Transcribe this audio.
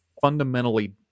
fundamentally